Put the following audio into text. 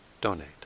donate